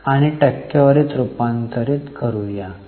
आणि टक्केवारीत रूपांतरित करू या